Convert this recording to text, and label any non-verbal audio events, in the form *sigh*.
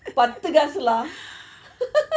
*laughs*